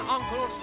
Uncle